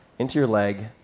into your leg,